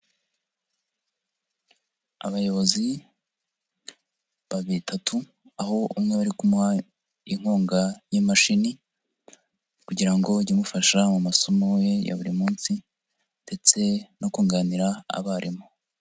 Abayobozi batatu, aho umwe bari kumuha inkunga y'imashini kugira ngo ijye imufasha mu masomo ye ya buri munsi ndetse no kunganira abarimu.